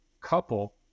couple